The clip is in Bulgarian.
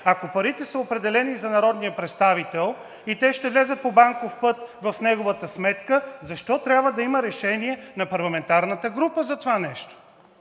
ако парите са определени за народния представител и те ще влязат по банков път в неговата сметка, и защо трябва да има решение на парламентарната група за това нещо?